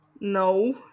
No